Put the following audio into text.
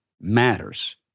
matters